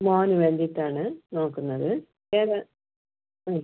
മോന് വേണ്ടീട്ടാണ് നോക്കുന്നത് ഏത് ആ